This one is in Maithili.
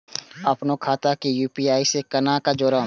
अपनो खाता के यू.पी.आई से केना जोरम?